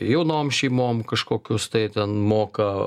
jaunom šeimom kažkokios tai ten moka